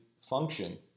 function